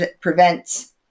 prevents